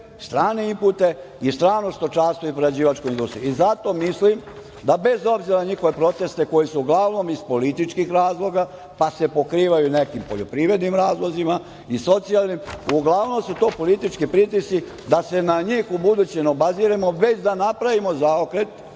strane inpute i strano stočarstvo i prerađivačku industriju. Zato mislim da bez obzira na njihove proteste koji su uglavnom iz političkih razloga, pa se pokrivaju nekim poljoprivrednim razlozima i socijalnim, uglavnom su to politički pritisci da se na njih u buduće ne obaziremo, već da napravimo zaokret,